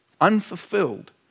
unfulfilled